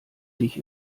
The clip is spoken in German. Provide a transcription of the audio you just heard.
dich